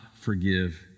forgive